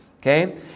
Okay